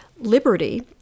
liberty